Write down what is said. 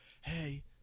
Hey